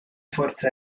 forze